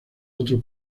otro